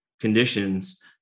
conditions